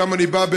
שמשם אני בא,